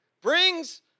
brings